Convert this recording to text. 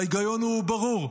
ההיגיון הוא ברור: